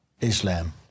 Islam